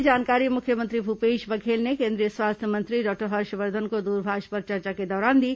यह जानकारी मुख्यमंत्री भूपेश बघेल ने केंद्रीय स्वास्थ्य मंत्री डॉक्टर हर्षवर्धन को दूरभाष पर चर्चा के दौरान दी